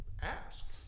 ask